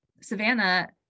Savannah